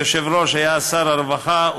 היושב-ראש היה שר הרווחה,